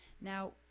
Now